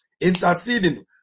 Interceding